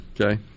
Okay